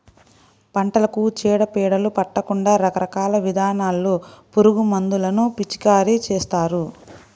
పంటలకు చీడ పీడలు పట్టకుండా రకరకాల విధానాల్లో పురుగుమందులను పిచికారీ చేస్తారు